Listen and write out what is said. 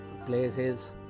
places